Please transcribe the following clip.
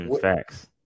Facts